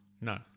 No